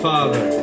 Father